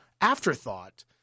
afterthought